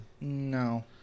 No